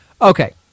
Okay